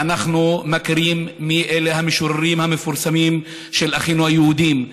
ואנחנו יודעים מי אלה המשוררים המפורסמים של אחינו היהודים,